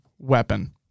weapon